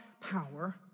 power